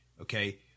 okay